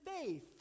faith